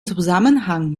zusammenhang